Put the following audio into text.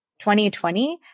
2020